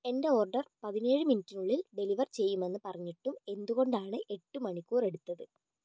എന്റെ ഓർഡർ പതിനേഴ് മിനിറ്റിനുള്ളിൽ ഡെലിവർ ചെയ്യുമെന്ന് പറഞ്ഞിട്ടും എന്തുകൊണ്ടാണ് എട്ട് മണിക്കൂർ എടുത്തത്